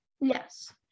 Yes